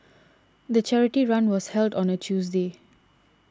the charity run was held on a Tuesday